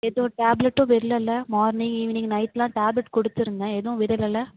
ஏதோ டேப்லெட்டும் விடலைல்ல மார்னிங் ஈவினிங் நைட்லாம் டேப்லெட் கொடுத்துருந்தேன் எதுவும் விடலைல